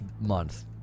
month